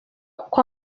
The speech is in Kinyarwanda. uko